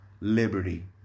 Liberty